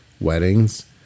weddings